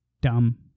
dumb